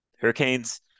Hurricanes